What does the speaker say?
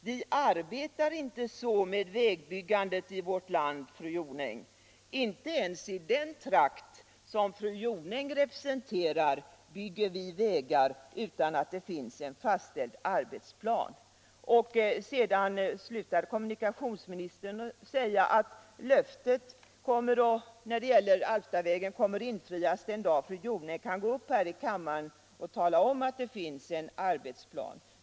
Vi arbetar inte så med vägbyggandet i vårt land, fru Jonäng. Inte ens i den trakt som fru Jonäng representerar bygger vi vägar utan att det finns en fastställd arbetsplan.” Kommunikationsministern slutade med att säga att löftet när det gäller Alftavägen kommer att infrias den dag fru Jonäng kan gå upp här i kammaren och tala om att det finns en fastställd arbetsplan.